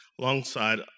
alongside